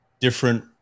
different